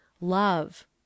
love